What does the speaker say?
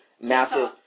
massive